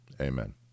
Amen